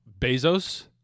Bezos